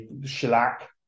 shellac